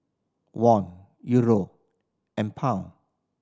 Won Euro and Pound